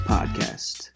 Podcast